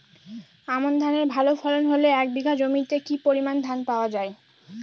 আমন ধানের ভালো ফলন হলে এক বিঘা জমিতে কি পরিমান ধান পাওয়া যায়?